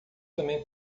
também